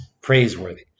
praiseworthy